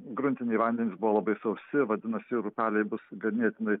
gruntiniai vandenys buvo labai sausi vadinasi ir upeliai bus ganėtinai